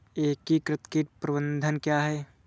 एकीकृत कीट प्रबंधन क्या है?